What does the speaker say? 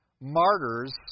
martyrs